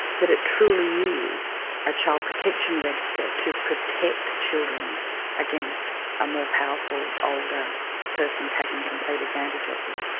that it truly is a child protection register to protect children against a more powerful, older person taking complete advantage of them,